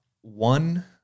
one